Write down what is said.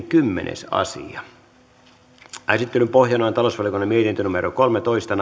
kymmenes asia käsittelyn pohjana on talousvaliokunnan mietintö kolmetoista